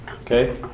Okay